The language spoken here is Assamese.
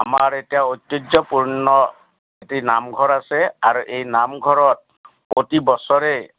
আমাৰ এতিয়া ঐতিহ্যপূৰ্ণ এটি নামঘৰ আছে আৰু এই নামঘৰত প্ৰতি বছৰে